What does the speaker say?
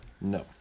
No